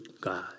God